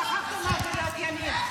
שכחתם מה זה להיות ימין,